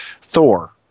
Thor